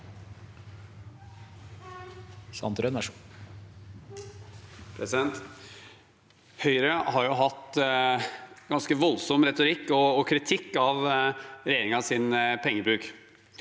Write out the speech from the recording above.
Høyre har hatt en ganske voldsom retorikk og kritikk av regjeringens pengebruk.